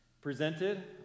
presented